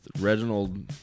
Reginald